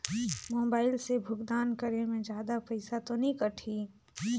Mobile से भुगतान करे मे जादा पईसा तो नि कटही?